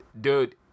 dude